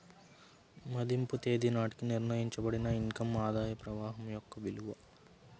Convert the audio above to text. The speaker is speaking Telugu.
మదింపు తేదీ నాటికి నిర్ణయించబడిన ఇన్ కమ్ ఆదాయ ప్రవాహం యొక్క విలువ